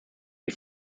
die